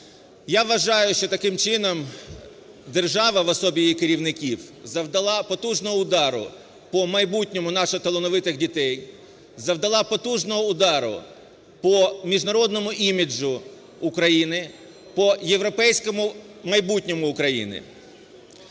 Я вважаю, що таким чином держава в особі її керівників завдала потужного удару по майбутньому наших талановитих дітей, завдала потужного удару по міжнародному іміджу України, по європейському майбутньому України.